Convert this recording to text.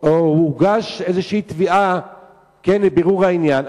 או הוגשה איזו תביעה לבירור העניין,